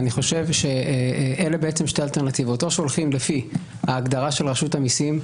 אלו שתי האלטרנטיבות: או שהולכים לפי ההגדרה של רשות המסים,